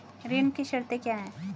ऋण की शर्तें क्या हैं?